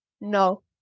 No